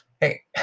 hey